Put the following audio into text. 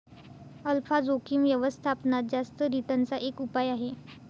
alpha जोखिम व्यवस्थापनात जास्त रिटर्न चा एक उपाय आहे